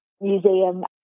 museum